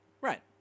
Right